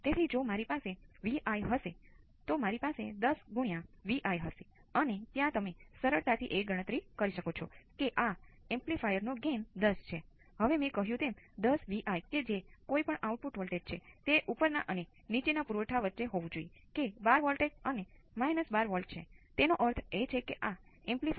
તેથી પછી વળાંકના આ ભાગ માટે કે જ્યાં t 0 થી t 2 માઇક્રો સેકંડ આ હશે